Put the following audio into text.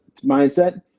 mindset